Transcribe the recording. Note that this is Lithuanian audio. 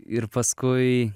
ir paskui